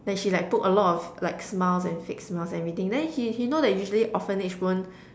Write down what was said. then she like poke a lot of like smiles and fake smiles and everything then he he know that usually orphanage won't